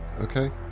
Okay